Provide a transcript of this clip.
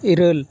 ᱤᱨᱟᱹᱞ